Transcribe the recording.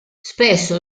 spesso